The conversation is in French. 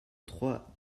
trois